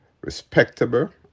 respectable